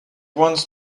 wants